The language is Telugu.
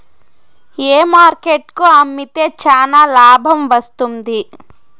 ఏ మార్కెట్ కు అమ్మితే చానా లాభం వస్తుంది?